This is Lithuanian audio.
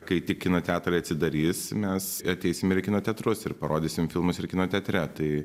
kai tik kino teatrai atsidarys mes ateisim ir kino teatrus ir parodysim filmus ir kino teatre tai